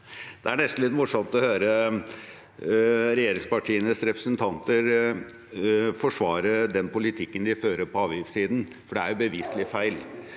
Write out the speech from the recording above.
Det er nesten litt morsomt å høre regjeringspartienes representanter forsvare den politikken de fører på avgiftssiden, for det er jo beviselig feil.